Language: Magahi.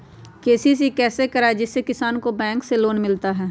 के.सी.सी कैसे कराये जिसमे किसान को बैंक से लोन मिलता है?